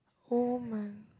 oh my